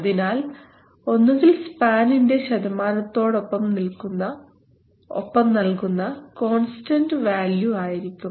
അതിനാൽ ഒന്നുകിൽ സ്പാനിന്റെ ശതമാനത്തോട് ഒപ്പം നൽകുന്ന കോൺസ്റ്റൻസ് വാല്യൂ ആയിരിക്കും